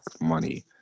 money